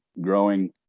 growing